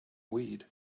weed